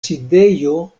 sidejo